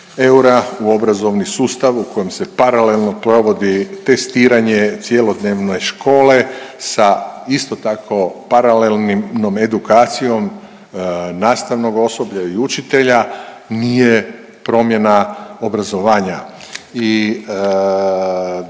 eura u obrazovni sustav u kojem se paralelno provodi testiranje cjelodnevne škole sa isto tako paralelnom edukacijom nastavnog osoblja i učitelja nije promjena obrazovanja